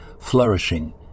flourishing